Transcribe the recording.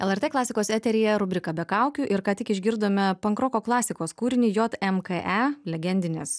lrt klasikos eteryje rubrika be kaukių ir ką tik išgirdome pankroko klasikos kūrinį jot em kė e legendinės